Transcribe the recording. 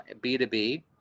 B2B